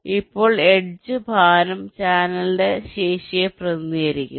ഇപ്പോൾ എഡ്ജ് ഭാരം ചാനലിന്റെ ശേഷിയെ പ്രതിനിധീകരിക്കുന്നു